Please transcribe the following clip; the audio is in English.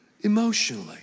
emotionally